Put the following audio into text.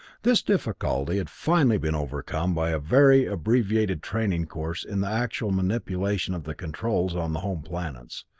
this difficulty had finally been overcome by a very abbreviated training course in the actual manipulation of the controls on the home planets,